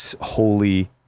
holy